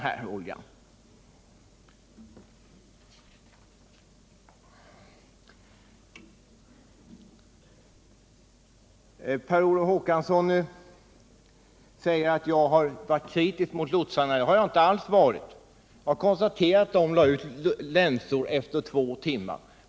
Per Olof Håkansson säger att jag har varit kritisk mot lotsarna. Det har jag inte alls varit. Jag har konstaterat att de lade ut länsor efter två timmar.